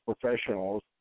professionals